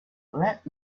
let